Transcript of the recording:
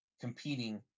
competing